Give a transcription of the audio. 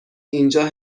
اینجا